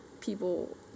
people